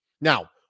Now